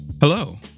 Hello